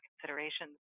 considerations